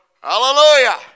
Hallelujah